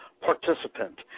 participant